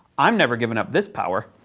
i'm never giving up this power.